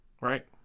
right